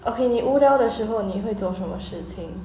okay 你无聊的时候你会做什么事情